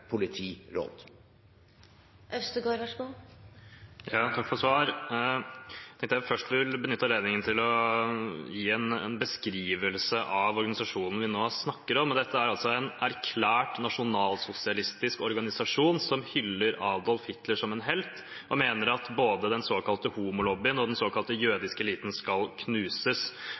for svaret. Jeg vil benytte anledningen til å gi en beskrivelse av organisasjonen vi nå snakker om. Dette er en erklært nasjonalsosialistisk organisasjon som hyller Adolf Hitler som en helt, og som mener at både den såkalte homolobbyen og den såkalte jødiske eliten skal knuses.